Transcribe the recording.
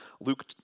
luke